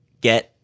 get